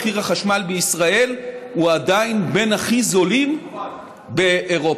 מחיר החשמל בישראל הוא עדיין מהכי זולים באירופה.